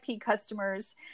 customers